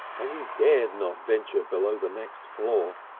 and he dared not venture below the next floor.